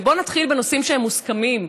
בוא נתחיל בנושאים שהם מוסכמים.